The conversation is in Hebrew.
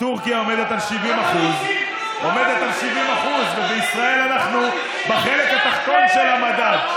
בטורקיה היא עומדת על 70% ובישראל אנחנו בחלק התחתון של המדד,